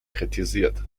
kritisiert